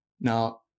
Now